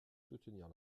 soutenir